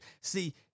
see